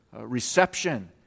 reception